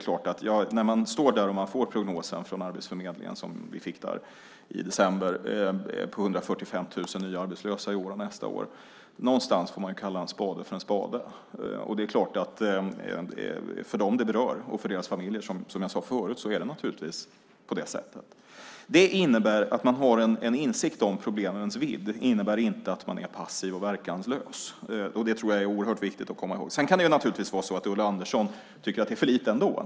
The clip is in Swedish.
När man står där och får prognosen från Arbetsförmedlingen i december om 145 000 nya arbetslösa i år och nästa år får man någonstans kalla en spade för en spade. För dem det berör och deras familjer är det naturligtvis på det sättet. Det innebär att man har en insikt om problemens vidd. Det innebär inte att man är passiv och verkanslös. Det är oerhört viktigt att komma ihåg. Sedan kan det vara så att Ulla Andersson ändå tycker att det för lite.